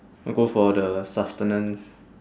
go for the sustenance